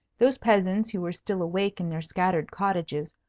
those peasants who were still awake in their scattered cottages,